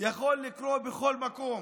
יכול לקרות בכל מקום.